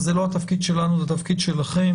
זה לא התפקיד שלנו אלא זה תפקיד שלכם